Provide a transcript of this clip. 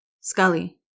Scully